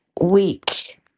week